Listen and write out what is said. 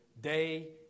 day